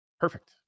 Perfect